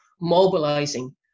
mobilizing